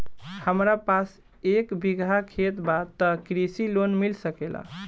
हमरा पास एक बिगहा खेत बा त कृषि लोन मिल सकेला?